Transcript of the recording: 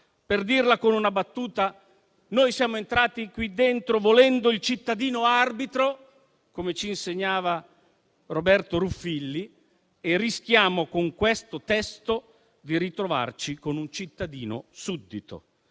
per dirla con una battuta, siamo entrati qui dentro volendo il cittadino arbitro - come ci insegnava Roberto Ruffilli - e rischiamo, con questo testo, di ritrovarci con un cittadino suddito.